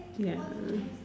ya